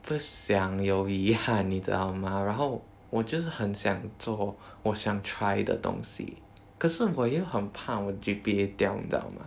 不想有遗憾你知道吗然后我就是很想做我想 try 的东西可是我又很怕我的 G_P_A 掉你知道吗